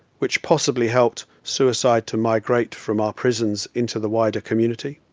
which possibly helped suicide to migrate from our prisons into the wider community.